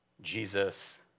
Jesus